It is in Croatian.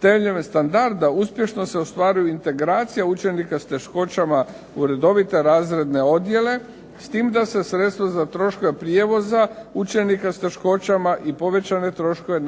temeljem standarda uspješno se ostvaruju integracija učenika s teškoćama u redovite razredne odjele, s tim da se sredstva za troškove prijevoza učenika s teškoćama i povećane troškove